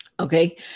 Okay